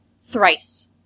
thrice